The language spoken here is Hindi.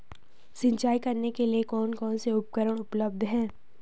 सिंचाई करने के लिए कौन कौन से उपकरण उपलब्ध हैं?